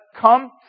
come